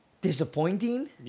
disappointing